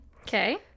okay